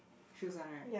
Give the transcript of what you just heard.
shoes one right